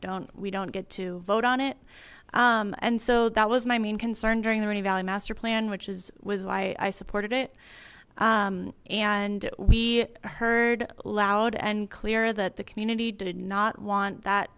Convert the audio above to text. don't we don't get to vote on it and so that was my main concern during the rainy valley master plan which is was why i supported it and we heard loud and clear that the community did not want that